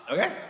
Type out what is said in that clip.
Okay